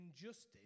injustice